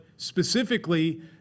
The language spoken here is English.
Specifically